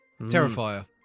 Terrifier